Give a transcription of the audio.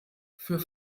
für